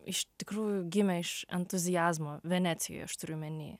iš tikrųjų gimė iš entuziazmo venecijoj aš turiu omeny